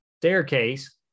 staircase